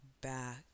back